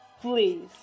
Please